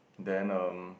then um